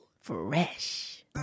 fresh